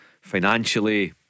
financially